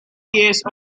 case